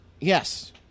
Yes